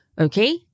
okay